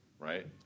Right